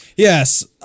Yes